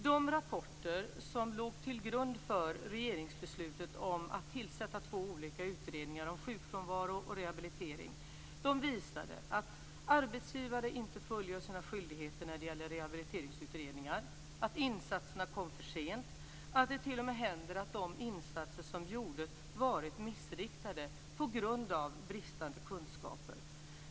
De rapporter som låg till grund för regeringsbeslutet om att tillsätta två olika utredningar om sjukfrånvaro och rehabilitering visade att arbetsgivare inte fullgör sina skyldigheter när det gäller rehabiliteringsutredningar, att insatserna kom för sent, att det t.o.m. händer att de insatser som gjorts varit missriktade på grund av bristande kunskaper.